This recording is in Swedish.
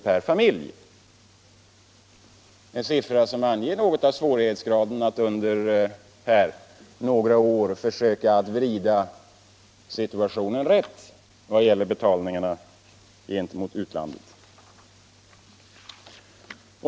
per familj, en siffra som visar litet av svårigheten att under några år försöka vrida situationen rätt vad gäller betalningarna gentemot utlandet.